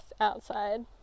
outside